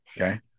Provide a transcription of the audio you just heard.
okay